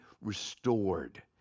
restored